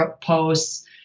posts